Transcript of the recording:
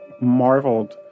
marveled